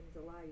delight